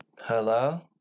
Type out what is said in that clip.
Hello